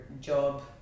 job